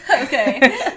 Okay